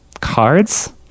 Cards